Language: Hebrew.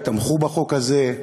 תמכו בחוק הזה.